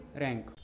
rank